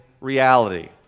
reality